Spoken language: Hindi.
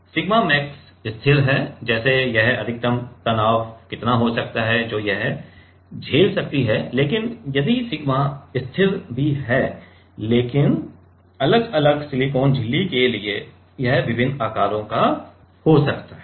सिग्मा मैक्स स्थिर है जैसे यह अधिकतम तनाव कितना हो सकता है जो यह झेल सकती है लेकिन यदि सिग्मा स्थिर भी है लेकिन अलग अलग सिलिकॉन झिल्ली के लिए यह विभिन्न आकारों का हो सकता है